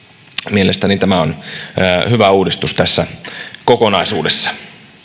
mielestäni tämä on hyvä uudistus tässä kokonaisuudessa